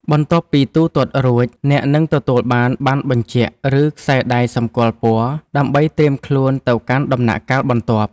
បន្ទាប់ពីទូទាត់រួច អ្នកនឹងទទួលបានប័ណ្ណបញ្ជាក់ ឬខ្សែដៃសម្គាល់ពណ៌ ដើម្បីត្រៀមខ្លួនទៅកាន់ដំណាក់កាលបន្ទាប់។